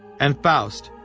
and faust,